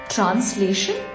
Translation